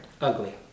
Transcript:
Ugly